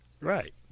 Right